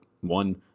one